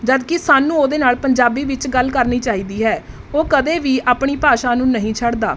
ਜਦਕਿ ਸਾਨੂੰ ਉਹਦੇ ਨਾਲ ਪੰਜਾਬੀ ਵਿੱਚ ਗੱਲ ਕਰਨੀ ਚਾਹੀਦੀ ਹੈ ਉਹ ਕਦੇ ਵੀ ਆਪਣੀ ਭਾਸ਼ਾ ਨੂੰ ਨਹੀਂ ਛੱਡਦਾ